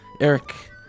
Eric